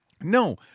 No